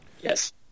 Yes